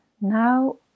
now